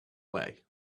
way